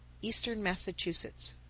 eastern massachusetts.